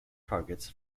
targets